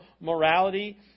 morality